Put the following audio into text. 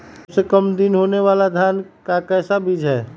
सबसे काम दिन होने वाला धान का कौन सा बीज हैँ?